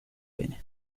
pene